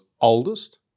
oldest